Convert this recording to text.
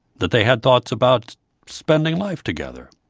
that they had thoughts about spending life together.